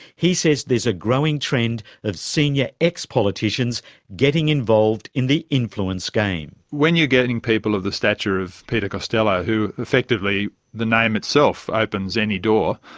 he says there's a growing trend of senior ex-politicians getting involved in the influence game. when you're getting people of the stature of peter costello who effectively the name itself opens any door,